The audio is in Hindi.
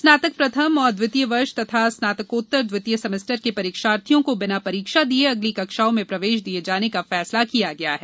स्नातक प्रथम एवं द्वितीय वर्ष तथा स्नातकोत्तर द्वितीय सेमेस्टर के परीक्षार्थियों को बिना परीक्षा दिए अगली कक्षाओं में प्रवेश किये जाने का फैसला किया गया है